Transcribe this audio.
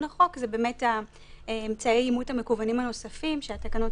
החוק זה באמת אמצעי האימות המקוונים הנוספים שהתקנות